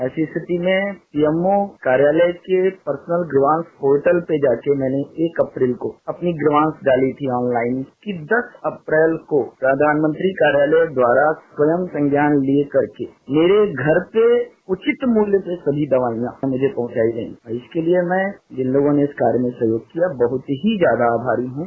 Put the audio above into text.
ऐसी स्थिति में पीएमओ कार्यालय के पर्सनल ग्रिवांश पोर्टल पे जाकर मैने एक अप्रैल को अपनी ग्रिवांश डाली थी आन लाइन कि दस अप्रैल को प्रधानमंत्री कार्यालय द्वारा स्वयं संज्ञान लेकर के मेरे घर पे उचित मूल्य पे सभी दवाइयां मुझे पहुंचाई गई इसके लिये मैं जिन लोगों ने इस कार्य में सहयोग किया बहुत ही ज्यादा आभारी हूं